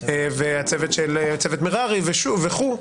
וצוות מררי וכו',